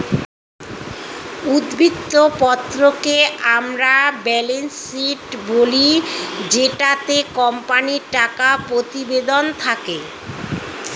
উদ্ধৃত্ত পত্রকে আমরা ব্যালেন্স শীট বলি জেটাতে কোম্পানির টাকা প্রতিবেদন থাকে